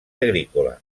agrícola